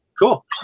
Cool